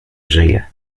żyje